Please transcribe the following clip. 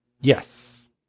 Yes